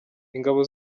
ingabo